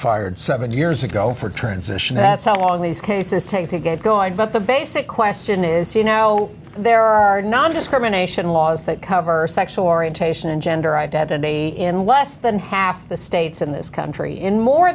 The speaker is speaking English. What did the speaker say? fired seven years ago for transition that's how long these cases take to get going but the basic question is you know there are nondiscrimination laws that cover sexual orientation and gender identity in less than half the states in this country in more